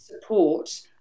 support